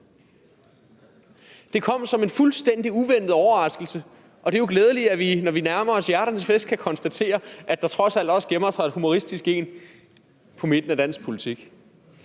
Det kom som en fuldstændig overraskelse, og det er jo glædeligt, at vi, når vi nærmer os hjerternes fest, kan konstatere, at der trods alt også gemmer sig en humoristisk person i midten af dansk politik.